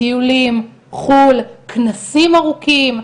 טיולים, חו"ל, כנסים ארוכים.